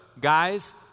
Guys